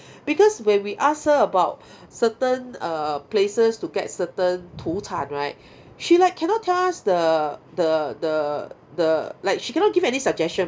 because when we ask her about certain uh places to get certain 土特产 right she like cannot tell us the the the the like she cannot give any suggestion